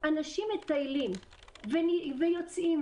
אנשים מטיילים ויוצאים,